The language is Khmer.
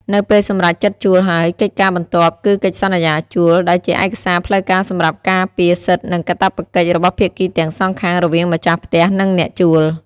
នៅពេលសម្រេចចិត្តជួលហើយ កិច្ចការបន្ទាប់គឺកិច្ចសន្យាជួល ដែលជាឯកសារផ្លូវការសម្រាប់ការពារសិទ្ធិនិងកាតព្វកិច្ចរបស់ភាគីទាំងសងខាង រវាងម្ចាស់ផ្ទះ និងអ្នកជួល។